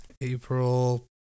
April